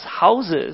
houses